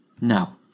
No